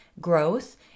growth